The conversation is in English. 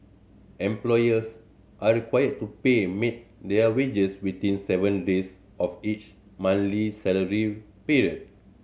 employers are required to pay maids their wages within seven days of each monthly salary period